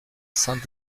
saint